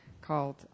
called